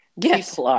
Yes